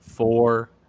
Four